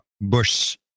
Bush